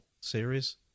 series